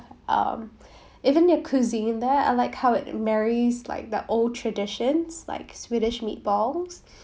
um even their cuisine there I like how it marries like the old traditions like swedish meatballs